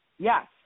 Yes